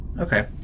Okay